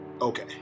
Okay